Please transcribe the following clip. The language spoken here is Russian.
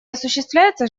осуществляется